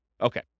Okay